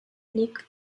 nick